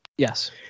Yes